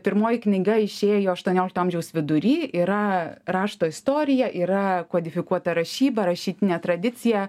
pirmoji knyga išėjo aštuoniolikto amžiaus vidury yra rašto istorija yra kodifikuota rašyba rašytinė tradicija